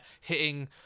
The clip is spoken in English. hitting